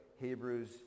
Hebrews